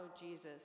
Jesus